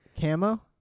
Camo